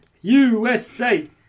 USA